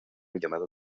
llamado